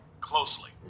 closely